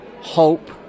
Hope